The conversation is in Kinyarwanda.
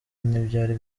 ntibyari